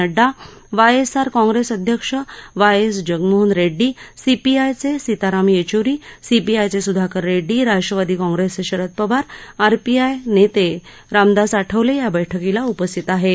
Nadda YSR Congress अध्यक्ष Y S Jaganmohan Reddy CPI M चे सिताराम येचुरी सीपीआयचे सुधाकर रेड्डी राष्ट्रवादी काँप्रेसचे शरद पवार आरपीआय नेते रामदास आठवले या बैठकीला उपस्थित होते